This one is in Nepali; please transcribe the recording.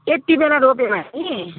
यति बेला रोप्यो भने